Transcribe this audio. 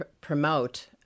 promote